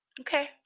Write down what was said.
Okay